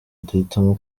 duhitamo